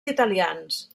italians